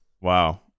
Wow